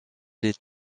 les